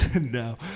No